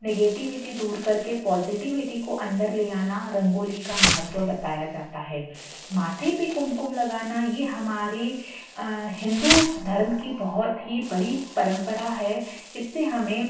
negativity दूर कर के पाॅज़िटिविटी को अंदर ले आना रंगोली का महत्व बताया जाता है माथे पर कुमकुम लगाना ये हमारे हिन्दू धर्म की बहुत ही बड़ी परंपरा है इससे हमें